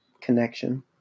connection